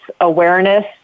awareness